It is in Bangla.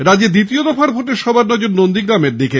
রাজ্যে দ্বিতীয় দফার ভোটে সবার নজর নন্দীগ্রামের দিকে